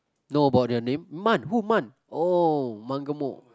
know about their name Mun who Mun oh mun gemuk